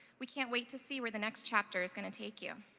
we can't wait to see where the next chapter is gonna take you.